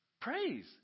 praise